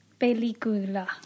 Película